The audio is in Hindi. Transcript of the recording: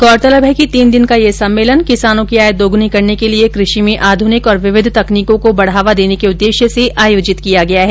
गौरतलब है कि तीन दिन का यह सम्मेलन किसानों की आय दोगुनी करने के लिए कृषि में आधुनिक और विविध तकनीकों को बढावा देने के उद्देश्य से आयोजित किया गया है